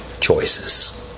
choices